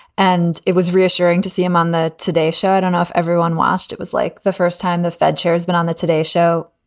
and it was reassuring to see him on the today, show it enough if everyone watched. it was like the first time the fed chairman on the today show,